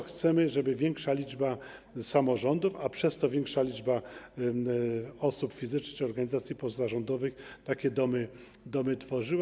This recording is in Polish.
Chcemy, żeby większa liczba samorządów, a przez to większa liczba osób fizycznych czy organizacji pozarządowych, takie domy tworzyła.